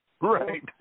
Right